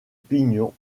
pignon